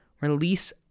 Release